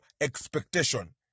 expectation